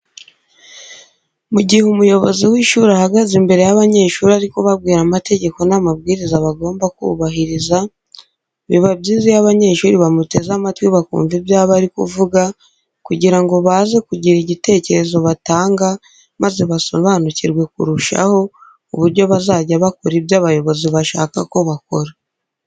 Mu gihe umuyobozi w'ishuri ahagaze imbere y'abanyeshuri ari kubabwira amategeko n'amabwiriza bagomba kubahiriza, biba byiza iyo abanyeshuri bamuteze amatwi bakumva ibyo aba ari kuvuga kugira ngo baze kugira igitekerezo batanga maze basobanukirwe kurushaho uburyo bazajya bakora ibyo abayobozi bashaka ko bakora.